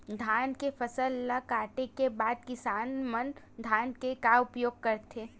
धान के फसल ला काटे के बाद किसान मन धान के का उपयोग करथे?